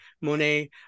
Monet